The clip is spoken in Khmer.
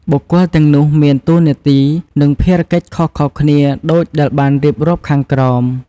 បុគ្គលទាំងនោះមានតួនាទី និងភារកិច្ចខុសៗគ្នាដូចដែលបានរៀបរាប់ខាងក្រោម។